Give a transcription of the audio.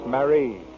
Marie